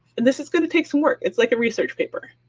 this is going to take some work. it's like a research paper,